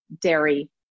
dairy